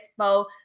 Expo